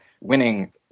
winning